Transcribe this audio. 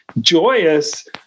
joyous